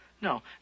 no